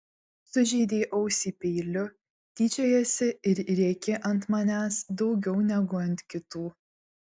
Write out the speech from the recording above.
sužeidei ausį peiliu tyčiojiesi ir rėki ant manęs daugiau negu ant kitų